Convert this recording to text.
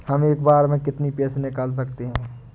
हम एक बार में कितनी पैसे निकाल सकते हैं?